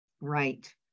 right